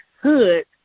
hood